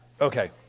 okay